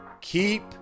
keep